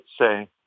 say